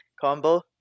combo